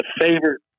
favorite